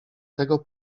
tego